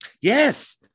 Yes